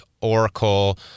Oracle